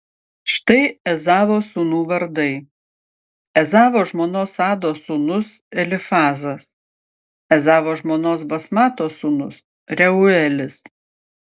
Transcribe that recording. štai ezavo sūnų vardai ezavo žmonos ados sūnus elifazas ezavo žmonos basmatos sūnus reuelis